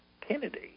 Kennedy